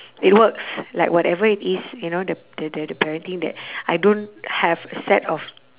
it works like whatever it is you know the the the the parenting that I don't have a set of